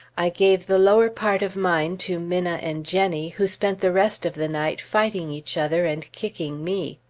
i gave the lower part of mine to minna and jennie, who spent the rest of the night fighting each other and kicking me.